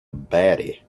batty